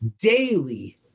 daily